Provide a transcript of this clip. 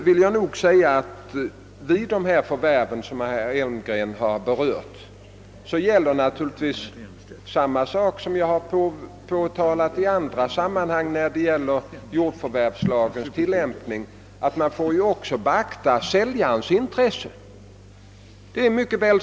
Vid de förvärv som herr Elmstedt berört gäller jordförvärvslagens bestämmelser. Som jag framhållit även i andra sammanhang måste man därvid beakta också säljarens intressen.